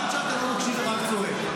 חבל שאתה לא מקשיב ורק צועק.